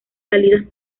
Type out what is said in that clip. salidas